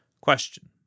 Question